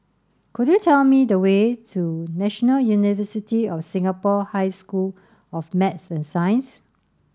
could you tell me the way to National University of Singapore High School of Math and Science